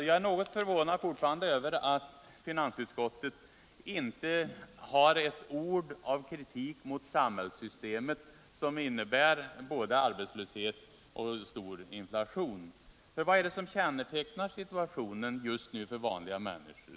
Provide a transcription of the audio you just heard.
Jag är fortfarande något förvånad över att finansutskottet inte har ett enda ord av kritik mot samhällssystemet, som innebär både arbetslöshet och stor inflation. Vad är det som kännetecknar situationen för vanliga människor?